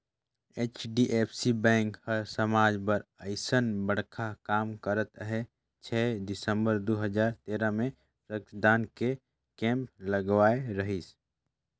HDFC bank हर समाज बर अइसन बड़खा काम करत हे छै दिसंबर दू हजार तेरा मे रक्तदान के केम्प लगवाए रहीस